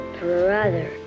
brother